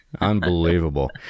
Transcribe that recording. Unbelievable